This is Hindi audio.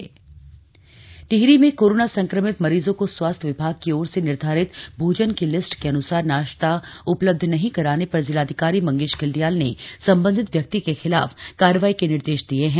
डीएम निरीक्षण टिहरी में कोरोना संक्रमित मरीजों को स्वास्थ्य विभाग की ओर से निर्धारित मीनू के अन्सार नाश्ता उपलब्ध नहीं कराने पर जिलाधिकारी मंगेश घिल्डियाल ने संबंधित व्यक्ति के खिलाफ कार्रवाई के निर्देश दिये हैं